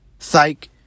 Psych